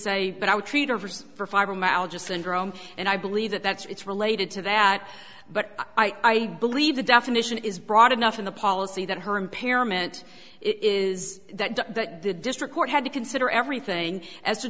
say but i would treat overseas for fibromyalgia syndrome and i believe that that's it's related to that but i believe the definition is broad enough in the policy that her impairment is that that the district court had to consider everything as to